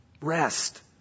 Rest